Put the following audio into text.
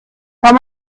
kann